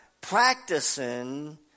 practicing